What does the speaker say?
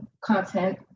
content